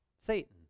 Satan